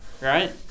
Right